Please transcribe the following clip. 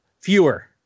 fewer